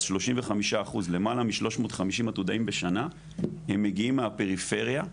אז 35% למעלה מ-350 עתודאים בשנה הם מגיעים מהפריפריה,